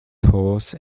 horse